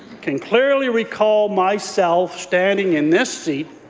can clearly recall myself standing in this seat,